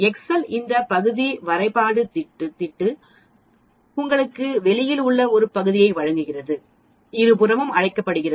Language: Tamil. எக்செல் இந்த பகுதி வரைபடத் திண்டு உங்களுக்கு வெளியில் உள்ள பகுதியை வழங்குகிறது இருபுறமும் அழைக்கப்படுகிறது